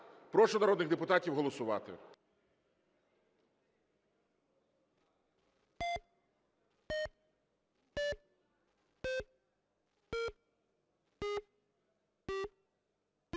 Прошу народних депутатів голосувати.